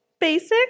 Basic